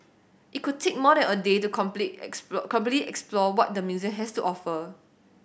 it could take more than a day to completely explore completely explore what the museum has to offer